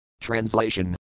Translation